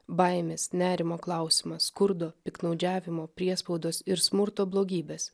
baimės nerimo klausimą skurdo piktnaudžiavimo priespaudos ir smurto blogybes